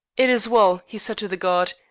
it is well, he said to the guard.